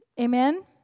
Amen